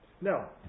Now